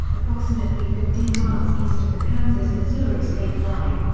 approximately fifteen miles east of the kansas-missouri state line.